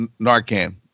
Narcan